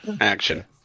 Action